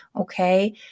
Okay